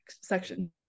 section